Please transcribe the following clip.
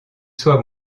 soient